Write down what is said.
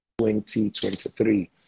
2023